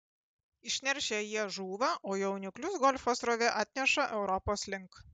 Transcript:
išneršę jie žūva o jauniklius golfo srovė atneša europos link